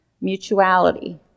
mutuality